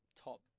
top